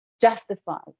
justified